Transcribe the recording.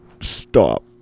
stop